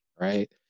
right